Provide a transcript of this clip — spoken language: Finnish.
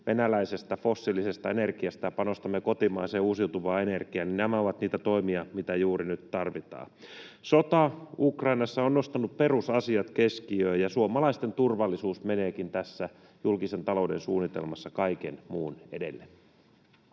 venäläisestä fossiilisesta energiasta ja panostamme kotimaiseen uusiutuvaan energiaan. Nämä ovat niitä toimia, mitä juuri nyt tarvitaan. Sota Ukrainassa on nostanut perusasiat keskiöön, ja suomalaisten turvallisuus meneekin tässä julkisen talouden suunnitelmassa kaiken muun edelle.